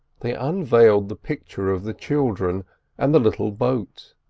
they unveiled the picture of the children and the little boat.